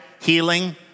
healing